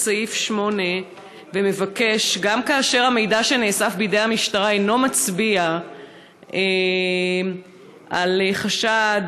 סעיף 8 ומבקש: גם כאשר המידע שנאסף בידי המשטרה אינו מצביע על חשד,